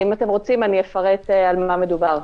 אם אתם רוצים, אני אפרט על מה מדובר.